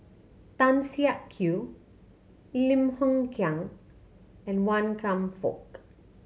Tan Siak Kew Lim Hng Kiang and Wan Kam Fook